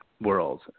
world